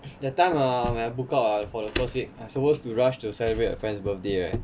that time err when I book out err for the first week I'm supposed to rush to celebrate a friend's birthday right